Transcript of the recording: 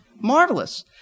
Marvelous